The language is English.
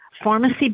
Pharmacy